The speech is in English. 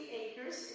acres